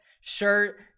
shirt